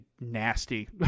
nasty